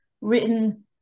written